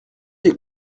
des